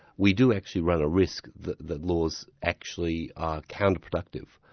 we do actually run a risk that the laws actually are counterproductive.